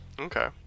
Okay